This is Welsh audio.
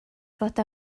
fod